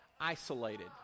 isolated